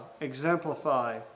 exemplify